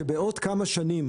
שבעוד כמה שנים,